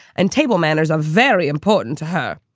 and table manners are very important to her.